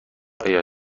آیا